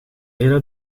hele